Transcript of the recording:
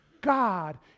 God